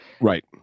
Right